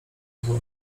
zły